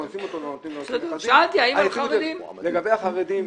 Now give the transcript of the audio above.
לגבי החרדים,